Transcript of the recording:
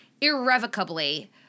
irrevocably